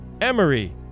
Emory